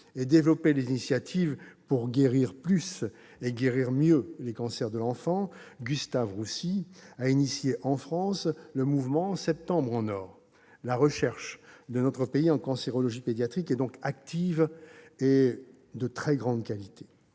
et développer les initiatives « pour guérir plus et guérir mieux les cancers de l'enfant », l'Institut Gustave-Roussy a lancé en France le mouvement Septembre en or. La recherche de notre pays en cancérologie pédiatrique est donc active et de très grande qualité.